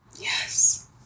Yes